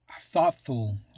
thoughtful